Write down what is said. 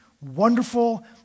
wonderful